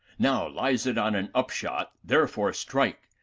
now lies it on an upshot therefore strike,